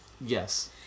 yes